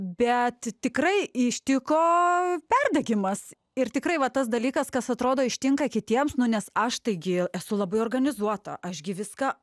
bet tikrai ištiko perdegimas ir tikrai va tas dalykas kas atrodo ištinka kitiems nu nes aš taigi esu labai organizuota aš gi viską